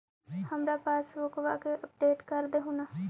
हमार पासबुकवा के अपडेट कर देहु ने?